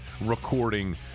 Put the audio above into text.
recording